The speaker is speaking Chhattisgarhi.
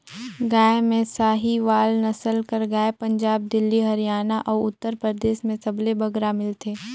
गाय में साहीवाल नसल कर गाय पंजाब, दिल्ली, हरयाना अउ उत्तर परदेस में सबले बगरा मिलथे